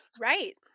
Right